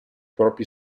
propri